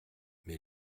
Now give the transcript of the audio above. mais